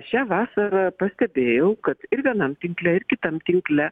šią vasarą pastebėjau kad ir vienam tinkle ir kitam tinkle